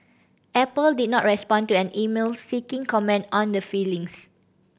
apple did not respond to an email seeking comment on the filings